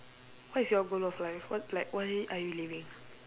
what is your goal of life what like why are you living